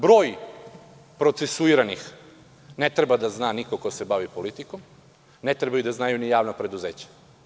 Broj procesuiranih ne treba da zna niko ko se bavi politikom, ne treba da znaju ni javna preduzeća.